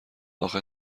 آخه